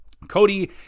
cody